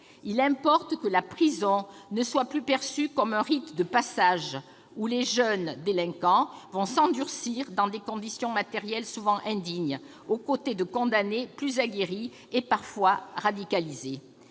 Il importe que la prison ne soit plus perçue comme un « rite de passage », par lequel les jeunes délinquants vont s'endurcir dans des conditions matérielles indignes, aux côtés de condamnés plus aguerris et parfois radicalisés.